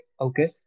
Okay